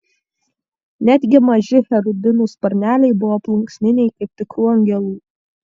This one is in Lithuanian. netgi maži cherubinų sparneliai buvo plunksniniai kaip tikrų angelų